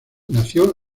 nació